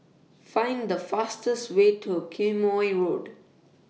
Find The fastest Way to Quemoy Road